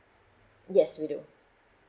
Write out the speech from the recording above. yes we do